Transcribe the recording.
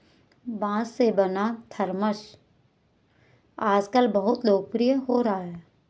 बाँस से बना थरमस आजकल बहुत लोकप्रिय हो रहा है